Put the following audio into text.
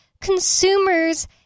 Consumers